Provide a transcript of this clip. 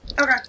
Okay